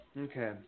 Okay